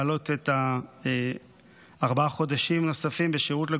להעלות הארבעה חודשים נוספים את השירות לגברים,